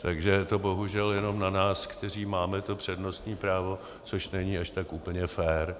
Takže je to bohužel jenom na nás, kteří máme to přednostní právo, což není až tak úplně fér.